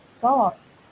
thoughts